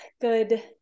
good